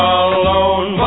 alone